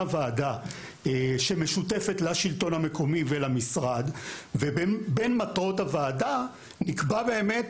ועדה שמשותפת לשלטון המקומי ולמשרד ובין מטרות הוועדה נקבע באמת